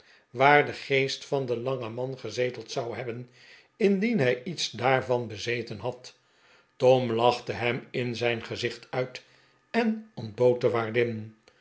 waar de geest van den langen man gezeteld zou hebben indien hij iets daarvan bezeten had tom lachte hem in zijn gezicht uit en ontbood de